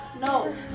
No